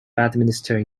administering